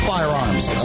Firearms